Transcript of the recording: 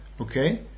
okay